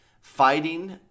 fighting